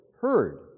heard